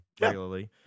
regularly